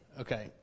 Okay